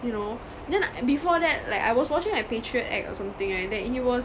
you know then ah before that like I was watching like patriot act or something right then he was